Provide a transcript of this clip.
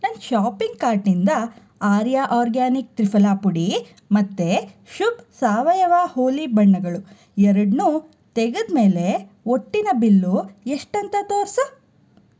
ನನ್ನ ಷಾಪಿಂಗ್ ಕಾರ್ಟ್ನಿಂದ ಆರ್ಯ ಆರ್ಗ್ಯಾನಿಕ್ ತ್ರಿಫಲಾ ಪುಡಿ ಮತ್ತು ಶುಭ್ ಸಾವಯವ ಹೋಲಿ ಬಣ್ಣಗಳು ಎರಡನ್ನೂ ತೆಗೆದ ಮೇಲೆ ಒಟ್ಟಿನ ಬಿಲ್ ಎಷ್ಟಂತ ತೋರಿಸು